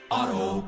Auto